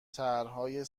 طرحهای